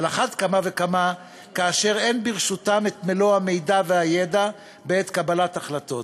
על אחת כמה וכמה כאשר אין ברשותם מלוא המידע והידע בעת קבלת החלטות.